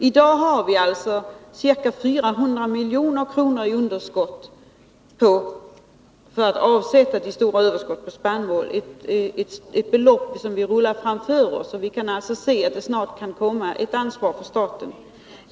I dag har vi alltså ca 400 milj.kr. för avsättning till stora överskott på spannmål, ett belopp som vi rullar framför oss. Vi måste alltså inse att staten snart är tvungen att ta sitt ansvar.